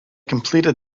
completed